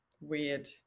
weird